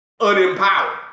Unempowered